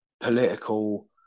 political